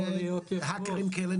האקרים כאלה,